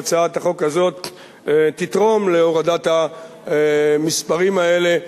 והצעת החוק הזאת תתרום להורדת המספרים האלה.